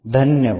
धन्यवाद